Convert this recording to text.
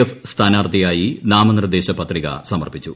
F സ്ഥാനാർത്ഥിയായി ്നാമനിർദ്ദേശ പത്രിക സമർപ്പിച്ചു